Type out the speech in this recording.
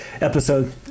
episode